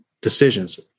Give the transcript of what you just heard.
decisions